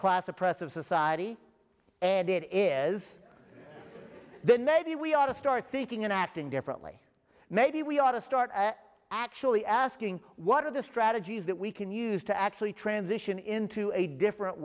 class oppressive society and it is then maybe we ought to start thinking and acting differently maybe we ought to start at actually asking what are the strategies that we can use to actually transition into a different